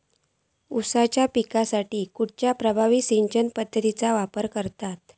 ऊसाच्या पिकासाठी खैयची प्रभावी सिंचन पद्धताचो वापर करतत?